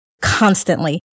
constantly